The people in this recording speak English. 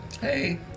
Hey